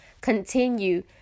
Continue